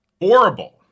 Horrible